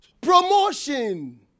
Promotion